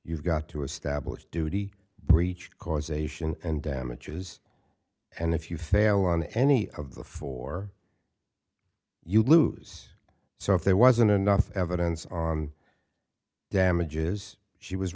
you've got to establish duty breach causation and damages and if you fail on any of the four you lose so if there wasn't enough evidence on damages she was